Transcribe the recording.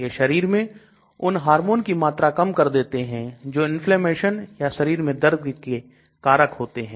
यह शरीर में उन हार्मोन की मात्रा कम कर देते हैं जो इन्फ्लेमेशन या शरीर में दर्द के कारक होते हैं